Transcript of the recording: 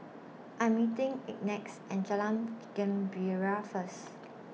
I'm meeting Ignatz and Jalan Gembira First